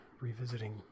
revisiting